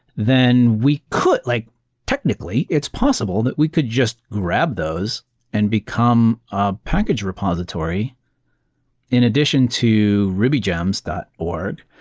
then we could like technically, it's possible that we could just grab those and become a package repository repository in addition to rubygems dot org,